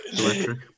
Electric